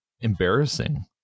embarrassing